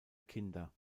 kinder